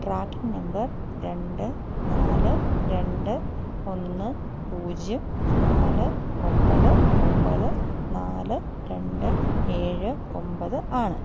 tracking number രണ്ട് നാല് രണ്ട് ഒന്ന് പൂജ്യം നാല് ഒമ്പത് ഒമ്പത് നാല് രണ്ട് ഏഴ് ഒമ്പത് ആണ്